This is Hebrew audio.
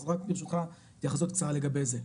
אז רק ברשותך התייחסות קצרה לגבי זה.